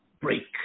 break